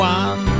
one